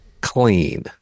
clean